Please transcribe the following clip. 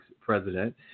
President